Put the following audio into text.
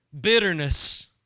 Bitterness